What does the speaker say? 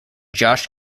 josh